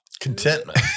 Contentment